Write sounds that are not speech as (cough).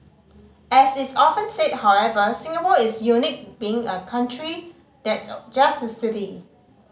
as is often said however Singapore is unique in being a country that's (unintelligible) just a city